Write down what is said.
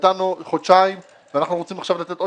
נתנו חודשיים ועכשיו אנחנו רוצים לתת עוד